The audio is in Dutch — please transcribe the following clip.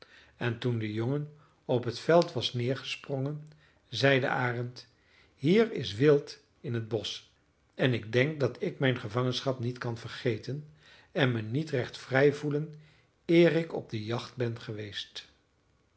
en toen de jongen op t veld was neergesprongen zei de arend hier is wild in t bosch en ik denk dat ik mijn gevangenschap niet kan vergeten en me niet recht vrij voelen eer ik op de jacht ben geweest